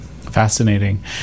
fascinating